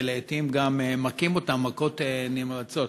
ולעתים גם מכים אותם מכות נמרצות.